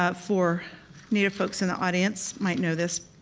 ah for native folks in the audience, might know this